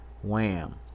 Wham